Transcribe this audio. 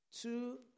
Two